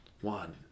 One